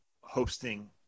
hosting